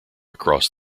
across